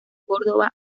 córdova